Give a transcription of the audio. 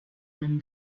wind